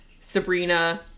Sabrina